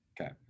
Okay